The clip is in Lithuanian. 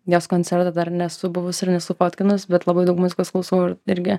jos koncerto dar nesu buvus ir nesu fotkinus bet labai daug muzikos klausau irgi